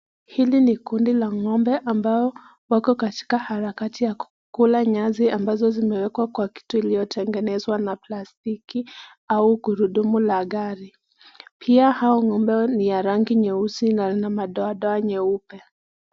Hili ni kundi la ng'ombe ambao wako katika harakati ya kukula nyasi ambazo zimewekwa kwa kitu iliotegenezwa na plastiki au gurudumu la gari. Pia hao ng'ombe ni ya rangi nyeusi na madoadoa meupe.